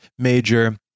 Major